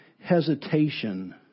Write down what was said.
hesitation